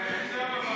לא, לא.